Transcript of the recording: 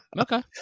Okay